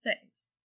Thanks